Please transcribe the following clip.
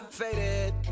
faded